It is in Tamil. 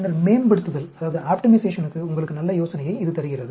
பின்னர் மேம்படுத்துதலுக்கு உங்களுக்கு நல்ல யோசனையை இது தருகிறது